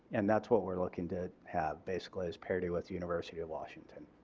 and that's what we're looking to have. basically this parity with the university of washington.